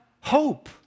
hope